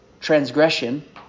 Transgression